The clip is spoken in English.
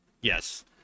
yes